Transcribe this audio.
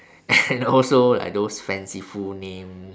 and also like those fanciful names